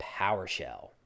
PowerShell